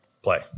play